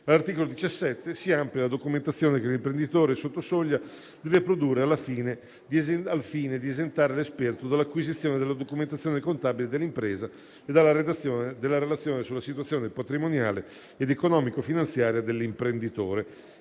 All'articolo 17 si amplia la documentazione che l'imprenditore sotto soglia deve produrre al fine di esentare l'esperto dall'acquisizione della documentazione contabile dell'impresa e dalla redazione della relazione sulla situazione patrimoniale ed economico-finanziaria dell'imprenditore